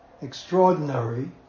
extraordinary